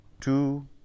two